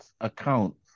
accounts